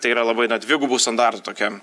tai yra labai na dvigubų standartų tokia